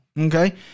okay